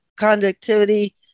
conductivity